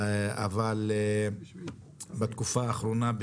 אבל בתקופה האחרונה,